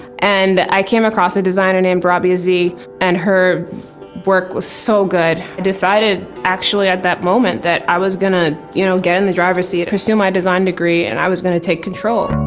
and i came across a designer named rabia z and her work was so good. i decided, actually at that moment, that i was gonna you know get in the driver's seat, pursue my design degree, and i was gonna take control.